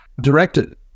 directed